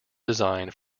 designed